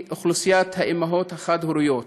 היא אוכלוסיית האימהות החד-הוריות